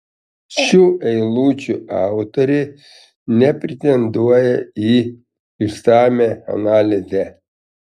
šių eilučių autorė nepretenduoja į išsamią analizę